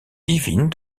divine